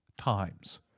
times